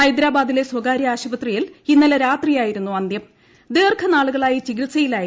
ഹൈദ്രാബാദിലെ സ്വകാര്യ ആശു പത്രിയിൽ ഇന്നലെ രാത്രിയായിരുന്നു അന്തും ദീർഘ നാളുകളായി ചികിത്സയിലായിരുന്നു